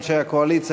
אנשי הקואליציה,